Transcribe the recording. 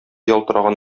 ялтыраган